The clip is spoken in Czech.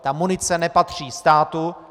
Ta munice nepatří státu.